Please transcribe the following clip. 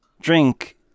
drink